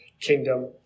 kingdom